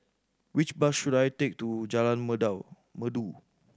which bus should I take to Jalan Merdu